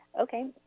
Okay